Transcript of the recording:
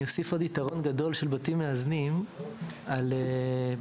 אולי אני אוסיף עוד יתרון גדול של בתים מאזנים על בתי